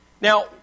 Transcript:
Now